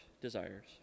desires